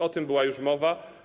O tym była już mowa.